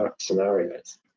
scenarios